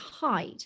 hide